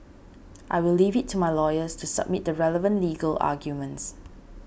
I will leave it to my lawyers to submit the relevant legal arguments